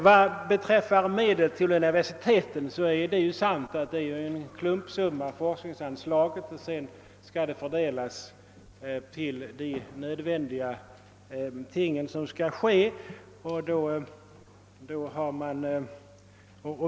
Vad gäller universiteten är det ju sant att forskningsanslaget är en klumpsumma som skall fördelas på olika nödvändiga uppgifter.